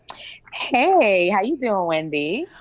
hey, how you doing wendy?